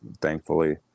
thankfully